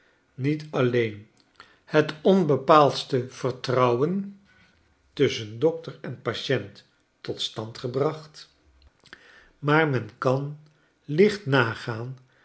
niet alleen het onbepaaldste vertrouwen tusschen dokter en patient tot stand gebracht schetsen uit amerika maar men kan licht nagaan